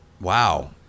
Wow